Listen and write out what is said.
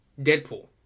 Deadpool